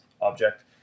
object